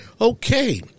Okay